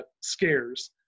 scares